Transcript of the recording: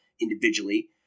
individually